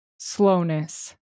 Slowness